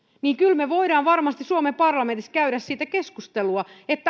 niin kyllä me voimme varmasti suomen parlamentissa käydä siitä keskustelua